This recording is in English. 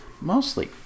mostly